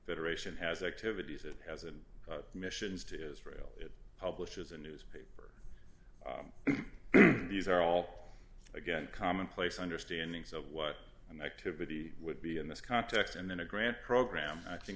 federation has activities it has and missions to israel it publishes a newspaper these are all again commonplace understanding's of what an activity would be in this context and in a grant program i think